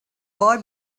boy